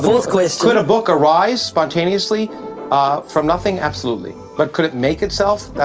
fourth question could a book arise spontaneously ah from nothing? absolutely. but could it make itself?